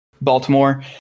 Baltimore